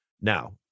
Now